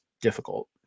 difficult